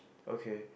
okay